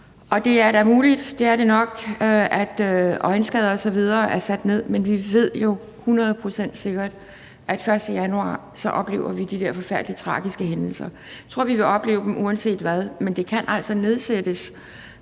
det er da muligt – det er det nok – at antallet af øjenskader osv. er faldet, men vi ved jo hundrede procent sikkert, at vi den 1. januar oplever de der forfærdelige, tragiske hændelser. Jeg tror, vi vil opleve dem uanset hvad, men det kan altså nedsættes,